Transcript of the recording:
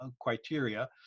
criteria